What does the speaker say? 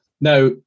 Now